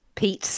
Pete